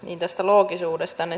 tästä loogisuudesta